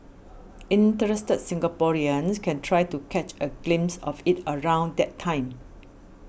interested Singaporeans can try to catch a glimpse of it around that time